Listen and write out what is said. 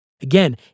Again